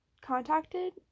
contacted